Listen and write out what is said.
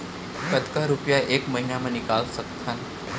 कतका रुपिया एक महीना म निकाल सकथन?